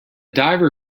diver